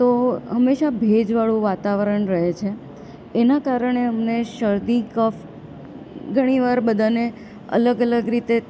તો હંમેશા ભેજવાળું વાતાવરણ રહે છે એના કારણે અમને શરદી કફ ઘણીવાર બધાંને અલગ અલગ રીતે